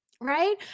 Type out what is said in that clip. Right